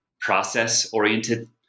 process-oriented